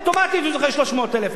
אוטומטית הוא זוכה ב-300,000.